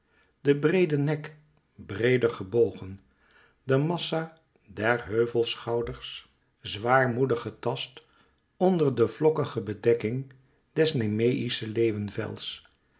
den breeden nek breeder gebogen de massa der heuvelschouders zwaarmoedig getast onder de vlokkige bedekking des nemeïschen